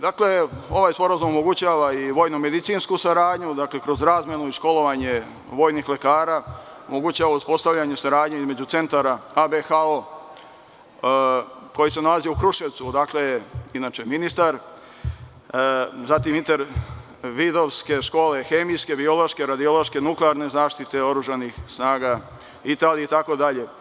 Dakle, ovaj sporazum omogućava i vojno-medicinsku saradnju, kroz razmenu i školovanje vojnih lekara, omogućava uspostavljanje saradnje između centara ABHO koji se nalazi u Kruševcu, odakle je inače ministar, zatim intervidovkse škole, hemijske, biološke, radiološke, nuklearne zaštite oružanih snaga Italije, itd.